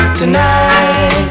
tonight